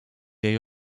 jej